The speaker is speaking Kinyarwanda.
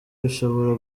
bishobora